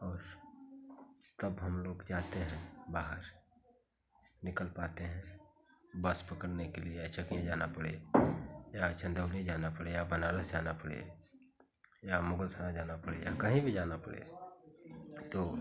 और तब हम लोग जाते हैं बाहर निकल पाते हैं बस पकड़ने के लिए या चकिया जाना पड़े या चंदौली जाना पड़े या बनारस जाना पड़े या मुगलसराय जाना पड़े या कहीं भी जाना पड़े तो